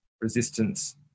resistance